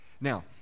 now